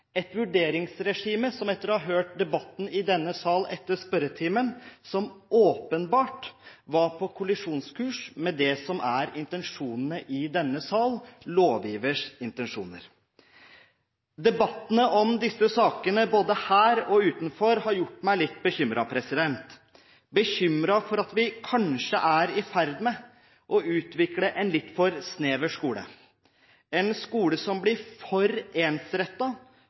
et vurderingsregime som, etter å ha hørt debatten i denne sal etter spørretimen, åpenbart var på kollisjonskurs med det som er intensjonene i denne sal, lovgivers intensjoner. Debattene om disse sakene både her og utenfor har gjort meg litt bekymret, bekymret for at vi kanskje er i ferd med å utvikle en litt for snever skole, en skole som blir for